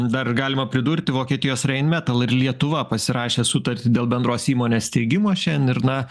dar galima pridurti vokietijos rheinmetall ir lietuva pasirašė sutartį dėl bendros įmonės steigimo šian ir na